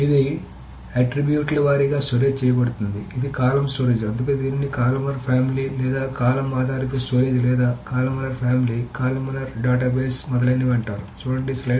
ఇది ఆట్రిబ్యూట్ల వారీగా స్టోరేజ్ చేయబడుతుంది అది కాలమ్ స్టోరేజ్ అందుకే దీనిని కాలుమనార్ ఫ్యామిలీ లేదా కాలమ్ ఆధారిత స్టోరేజ్ లేదా కాలుమనార్ ఫ్యామిలీ కాలుమనార్ డేటాబేస్లు మొదలైనవి అంటారు